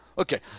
Okay